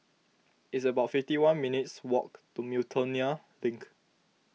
it's about fifty one minutes' walk to Miltonia Link